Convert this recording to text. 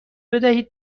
بدهید